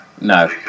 No